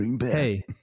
Hey